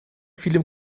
film